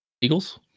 Eagles